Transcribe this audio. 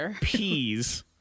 peas